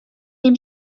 den